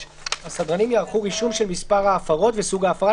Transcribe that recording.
הסדרנים יערכו רישום של מספר ההפרות וסוג ההפרה,